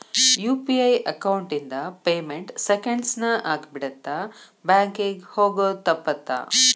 UPI account ಇಂದ payment seconds ನ ಆಗಿಬಿಡತ್ತ ಬ್ಯಾಂಕಿಂಗ್ ಹೋಗೋದ್ ತಪ್ಪುತ್ತ